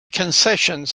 concessions